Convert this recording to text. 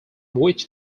which